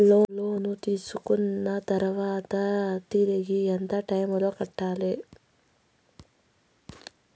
లోను తీసుకున్న తర్వాత తిరిగి ఎంత టైములో కట్టాలి